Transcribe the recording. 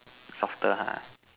softer ha